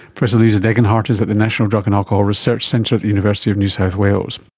professor louisa degenhardt is at the national drug and alcohol research centre at the university of new south wales